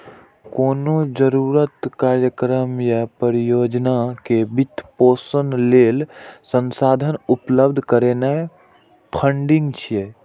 कोनो जरूरत, कार्यक्रम या परियोजना के वित्त पोषण लेल संसाधन उपलब्ध करेनाय फंडिंग छियै